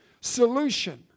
solution